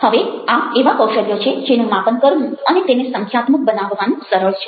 હવે આ એવા કૌશલ્યો છે જેનું માપન કરવું અને તેને સંખ્યાત્મક બનાવવાનું સરળ છે